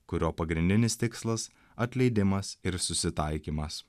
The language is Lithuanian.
kurio pagrindinis tikslas atleidimas ir susitaikymas